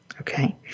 Okay